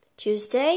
Tuesday